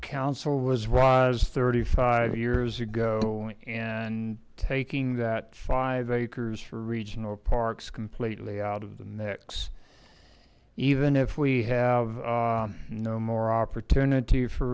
council was rise thirty five years ago and taking that five acres for regional parks completely out of the next even if we have no more opportunity for